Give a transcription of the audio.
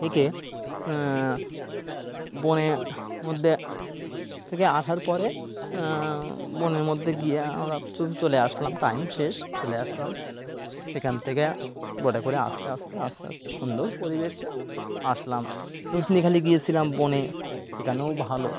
থেকে বনের মধ্যে থেকে আসার পরে বনের মধ্যে গিয়ে আমরা শুধু চলে আসলাম টাইম শেষ চলে আসলাম সেখান থেকে বোটে করে আসতে আসতে আসতে আসতে সুন্দর পরিবেশে আসলাম সজনেখালি গিয়েছিলাম বনে সেখানেও ভালো